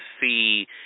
see –